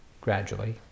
gradually